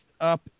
up